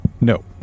No